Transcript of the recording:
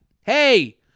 Hey